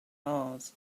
mars